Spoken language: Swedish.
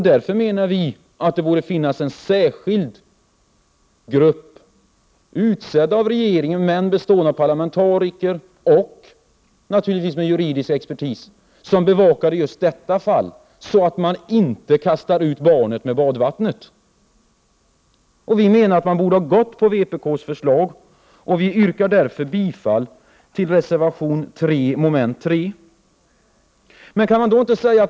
Därför borde det tillsättas en särskild grupp, utsedd av regeringen men bestående av parlamentariker och naturligtvis med juridisk expertis, som bevakade just detta fall, så att inte barnet kastas ut med badvattnet. Utskottet borde ha gått med på vpk:s förslag, och jag yrkar därför bifall till reservation 3, som gäller mom. 3 i utskottets hemställan.